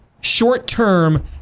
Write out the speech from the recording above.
short-term